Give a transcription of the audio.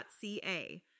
ca